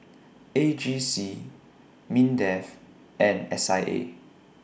A G C Mindef and S I A